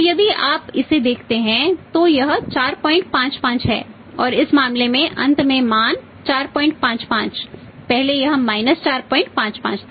तो यदि आप इसे देखते हैं तो यह 455 है और इस मामले में अंत में मान 455 पहले यह माइनस 455 था